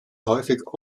häufig